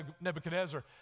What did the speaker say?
Nebuchadnezzar